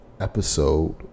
episode